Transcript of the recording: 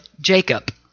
Jacob